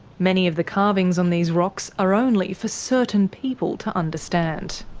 many of the carvings on these rocks are only for certain people to understand.